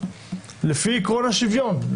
לפי עקרון השוויון,